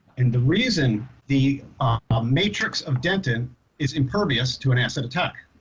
and the reason the ah matrix of dentin is impervious to an acid attack.